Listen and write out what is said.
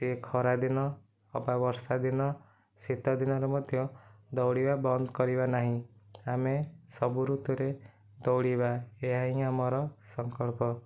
ସେ ଖରା ଦିନ ଅବା ବର୍ଷା ଦିନ ଶୀତ ଦିନରେ ମଧ୍ୟ ଦୌଡ଼ିବା ବନ୍ଦ କରିବା ନାହିଁ ଆମେ ସବୁ ଋତୁରେ ଦୌଡ଼ିବା ଏହା ହିଁ ଆମର ସଂକଳ୍ପ